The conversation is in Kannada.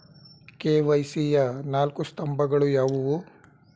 ಕೆ.ವೈ.ಸಿ ಯ ನಾಲ್ಕು ಸ್ತಂಭಗಳು ಯಾವುವು?